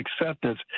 acceptance